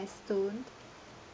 a stone